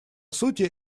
сути